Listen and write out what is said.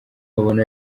babona